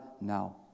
now